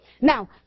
now